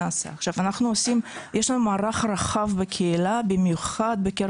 יש לנו מערך רחב בקהילה במיוחד בקרב